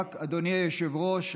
אדוני היושב-ראש,